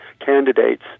candidates